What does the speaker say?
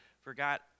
forgot